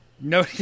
No